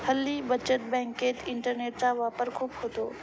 हल्ली बचत बँकेत इंटरनेटचा वापर खूप होतो